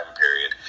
period